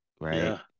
Right